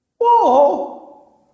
Whoa